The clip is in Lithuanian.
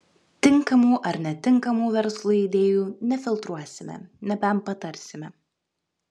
tinkamų ar netinkamų verslui idėjų nefiltruosime nebent patarsime